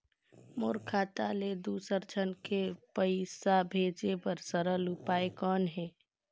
मोर खाता ले दुसर झन ल पईसा भेजे बर सरल उपाय कौन हे?